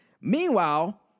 Meanwhile